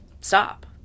stop